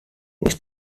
his